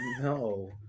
no